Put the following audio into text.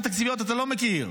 אתה רציני?